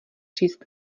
říct